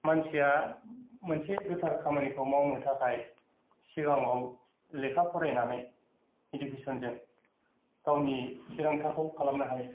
मानसिया मोनसे गोथार खामानिखौ मावनो थाखाय सिगांआव लेखा फरायनानै इडुकेसनजों गावनि थिरांथाखौ खालामनो हायो